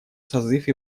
созыв